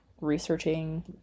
researching